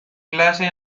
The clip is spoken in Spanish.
clase